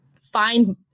find